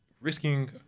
risking